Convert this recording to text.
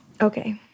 Okay